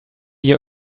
you